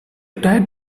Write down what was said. tag